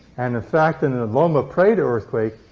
and, in fact, in the loma prieta earthquake,